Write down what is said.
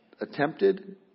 attempted